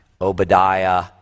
Obadiah